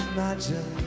Imagine